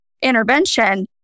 intervention